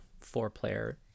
four-player